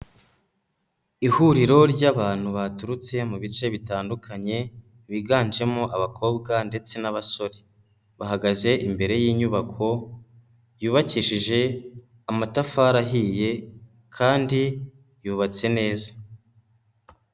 Ihuriro ry'abantu baturutse mu bice bitandukanye biganjemo abakobwa ndetse n'abasore, bahagaze imbere y'inyubako yubakishije amatafari ahiye kandi yubatse neza.